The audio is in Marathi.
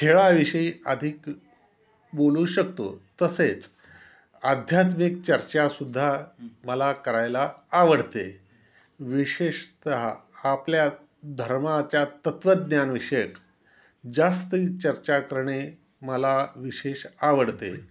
खेळाविषयी अधिक बोलू शकतो तसेच आध्यात्मिक चर्चासुद्धा मला करायला आवडते विशेषतः आपल्या धर्माच्या तत्वज्ञानविषयक जास्त चर्चा करणे मला विशेष आवडते